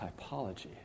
typology